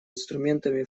инструментами